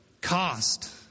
cost